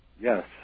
yes